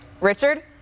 Richard